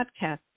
Podcasts